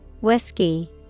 whiskey